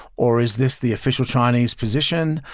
or is this the official chinese position?